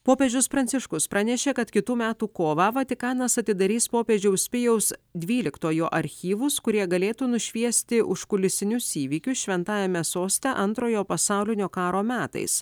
popiežius pranciškus pranešė kad kitų metų kovą vatikanas atidarys popiežiaus pijaus dvyliktojo archyvus kurie galėtų nušviesti užkulisinius įvykius šventajame soste antrojo pasaulinio karo metais